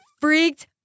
freaked